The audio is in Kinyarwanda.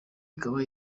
ikaba